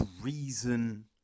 reason